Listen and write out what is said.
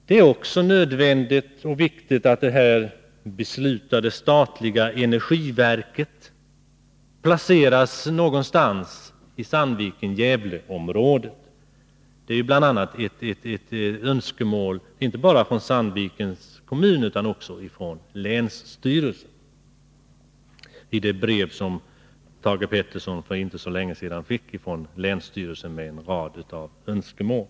Det är då nödvändigt och viktigt att det beslutade statliga energiverket placeras någonstans i Sandviken-Gävleområdet — det är ett önskemål inte bara från Sandvikens kommun utan också från länsstyrelsen, vilket framgick av det brev med en rad önskemål som Thage Peterson fick från länsstyrelsen för inte så länge sedan.